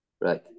right